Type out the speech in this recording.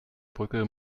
brücke